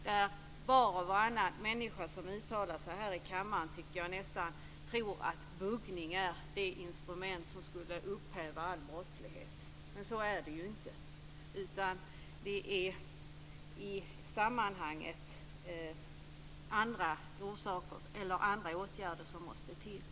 Nästan var och varannan människa som uttalar sig här i kammaren tycker jag verkar tro att buggning är det instrument som skulle upphäva all brottslighet, men så är det ju inte, utan det är i sammanhanget andra åtgärder som måste till.